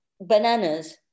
bananas